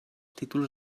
títols